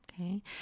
Okay